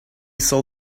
saw